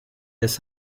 des